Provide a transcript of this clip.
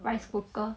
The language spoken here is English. rice cooker